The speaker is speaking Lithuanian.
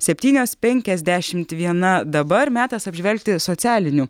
septynios penkiasdešimt viena dabar metas apžvelgti socialinių